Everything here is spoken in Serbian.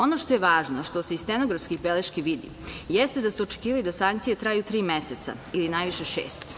Ono što je važno i što se iz stenografskih beleški vidi jeste da su očekivali da sankcije traju tri meseca ili najviše šest.